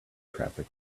traffic